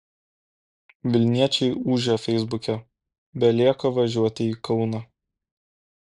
vilniečiai ūžia feisbuke belieka važiuoti į kauną